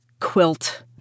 quilt